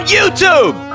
YouTube